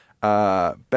Best